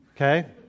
Okay